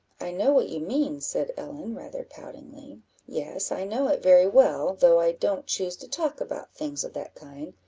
i know what you mean, said ellen, rather poutingly yes, i know it very well, though i don't choose to talk about things of that kind,